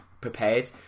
prepared